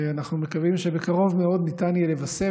ואנחנו מקווים שבקרוב מאוד ניתן יהיה לבשר